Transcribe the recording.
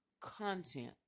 content